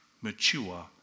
mature